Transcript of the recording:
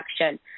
action